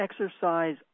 exercise